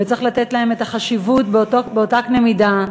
וצריך לתת להם את החשיבות באותו קנה מידה,